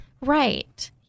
Right